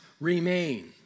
remain